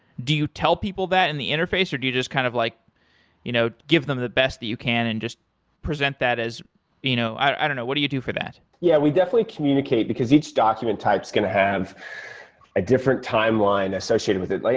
do you tell people that in the interface or do you just kind of like you know give them the best that you can and just present that as you know i don't know. what do you do for that? yeah, we definitely communicate, because each document type is going to have a different timeline associated with it. like